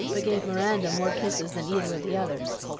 but gave miranda more kisses than either of the others.